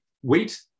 wheat